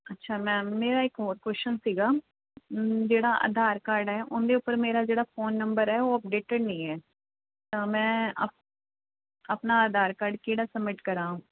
ਅੱਛਾ ਮੈਮ ਮੇਰਾ ਇੱਕ ਹੋਰ ਕੋਸ਼ਚਨ ਸੀਗਾ ਜਿਹੜਾ ਆਧਾਰ ਕਾਰਡ ਹੈ ਉਹਦੇ ਉੱਪਰ ਮੇਰਾ ਜਿਹੜਾ ਫ਼ੋਨ ਨੰਬਰ ਹੈੈੈੈੈੈ ਉਹ ਅਪਡੇਟਡ ਨਹੀਂ ਹੈ ਤਾਂ ਮੈਂ ਅਪ ਆਪਣਾ ਆਧਾਰ ਕਾਰਡ ਕਿਹੜਾ ਸਬਮਿਟ ਕਰਾਂ